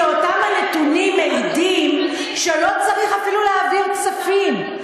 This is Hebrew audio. כי אותם הנתונים מעידים שלא צריך אפילו להעביר כספים.